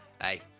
Hey